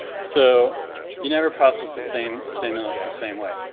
so you never process the same stimulus the same way.